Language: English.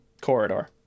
corridor